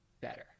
better